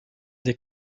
des